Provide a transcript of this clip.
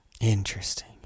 Interesting